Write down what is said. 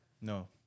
No